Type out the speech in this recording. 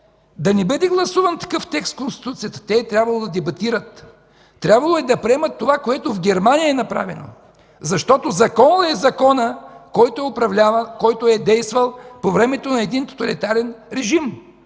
да не бъде гласуван такъв текст в Конституцията, трябвало е да дебатират, трябвало е да приемат това, което е направено в Германия, защото законът е този, който е управлявал, който е действал по времето на един тоталитарен режим.